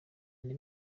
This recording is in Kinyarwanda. andi